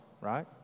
right